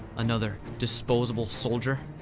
another disposable solider?